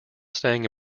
staying